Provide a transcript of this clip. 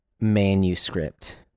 manuscript